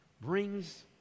brings